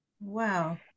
Wow